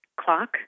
clock